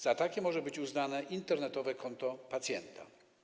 Za takie może być uznane Internetowe Konto Pacjenta.